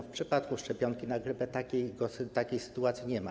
W przypadku szczepionki na grypę takiej sytuacji nie ma.